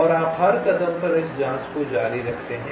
और आप हर कदम पर इस जाँच को जारी रखते हैं